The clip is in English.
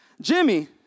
Jimmy